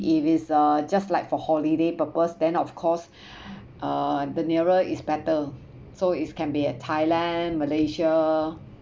it is uh just like for holiday purpose then of course uh the nearer is better so is can be at thailand malaysia